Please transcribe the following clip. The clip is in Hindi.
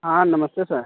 हाँ नमस्ते सर